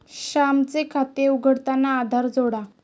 श्यामचे खाते उघडताना आधार जोडा